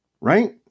Right